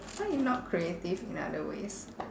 why you not creative in other ways